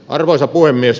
arvoisa puhemies